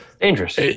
Dangerous